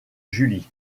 julie